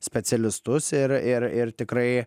specialistus ir ir ir tikrai